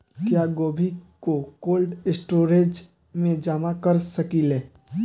क्या गोभी को कोल्ड स्टोरेज में जमा कर सकिले?